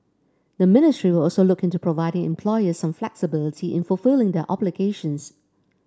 the ministry will also look into providing employers some flexibility in fulfilling their obligations